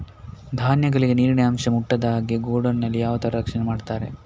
ಧಾನ್ಯಗಳಿಗೆ ನೀರಿನ ಅಂಶ ಮುಟ್ಟದ ಹಾಗೆ ಗೋಡೌನ್ ನಲ್ಲಿ ಯಾವ ತರ ರಕ್ಷಣೆ ಮಾಡ್ತಾರೆ?